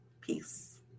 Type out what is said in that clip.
Peace